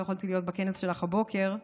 לא יכולתי להיות בכנס שלך הבוקר,